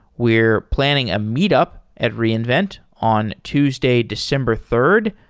we're planning a meet up at reinvent on tuesday, december third.